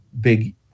big